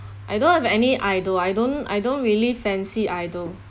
I don't have any idol I don't I don't really fancy idol